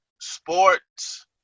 sports